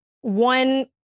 one